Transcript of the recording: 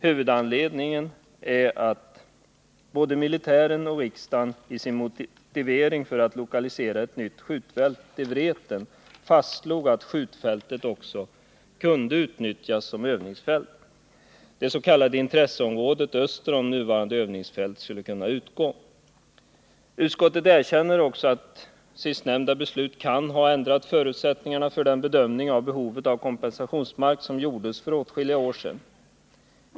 Huvudanledningen är att både militären och riksdagen i motiveringen för att lokalisera ett nytt skjutfält till Vreten fastslog att skjutfältet också kunde utnyttjas som övningsfält. Det s.k. intresseområdet öster om nuvarande övningsfält skulle kunna utgå. Utskottet erkänner också att sistnämnda beslut kan ha ändrat förutsättningarna för den bedömning av behovet av kompensationsmark som gjordes för åtskilliga år sedan.